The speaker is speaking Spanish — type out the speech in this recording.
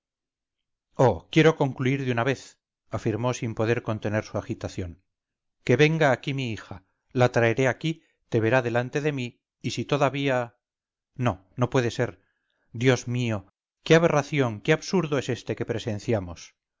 quiero concluir de una vez afirmó sin poder contener su agitación que venga aquí mi hija la traeré aquí te verá delante de mí y si todavía no no puede ser dios mío qué aberración qué absurdo es este que presenciamos